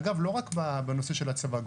אגב לא רק בנושא של הצבא,